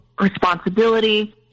responsibility